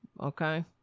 okay